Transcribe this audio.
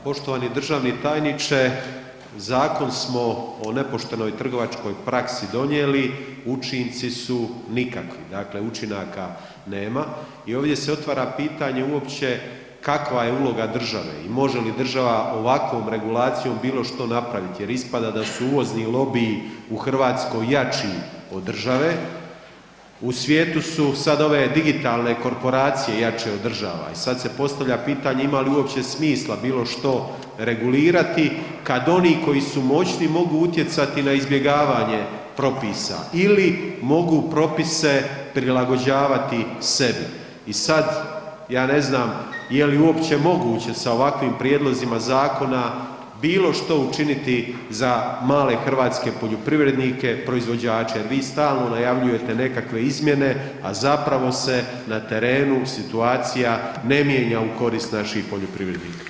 Poštovani državni tajniče, zakon smo o nepoštenoj trgovačkoj praksi donijeli, učinci su nikakve, dakle učinaka nema i ovdje se otvara pitanje uopće kakva je uloga države i može li država ovakvom regulacijom bilo što napraviti jer ispada da su uvozni lobiji u Hrvatskoj jači od države, u svijetu su sad ove digitalne korporacije jače od država i sad se postavlja pitanje ima li uopće smisla bilo što regulirati kad oni koji su moćni mogu utjecati na izbjegavanje propisa ili mogu propise prilagođavati sebi i sad, ja ne znam je li uopće moguće sa ovakvim prijedlozima zakona bilo što učiniti za male hrvatske poljoprivrednike, proizvođače, jer vi stalno najavljujete nekakve izmjene, a zapravo se na terenu situacija ne mijenja u korist naših poljoprivrednika.